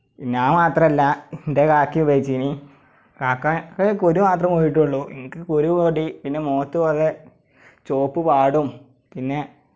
ഞാൻ മാത്രമല്ല എൻ്റെ ഇക്കാക്കയും ഉപയോഗിച്ചിരുന്നു കാക്കയ്ക്ക് കുരു മാത്രമെ എനിക്ക് കുരു കൂടി പിന്നെ മുഖത്ത് കുറെ ചുവപ്പ് പാടും പിന്നെ